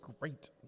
great